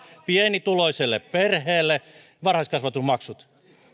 pienituloiselle perheelle varhaiskasvatusmaksut